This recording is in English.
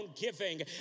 giving